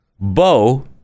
Bo